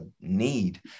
need